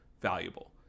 valuable